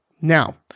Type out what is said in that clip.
Now